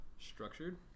Structured